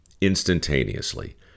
instantaneously